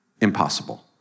Impossible